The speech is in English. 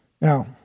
Now